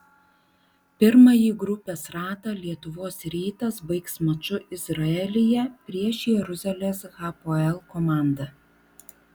pirmąjį grupės ratą lietuvos rytas baigs maču izraelyje prieš jeruzalės hapoel komandą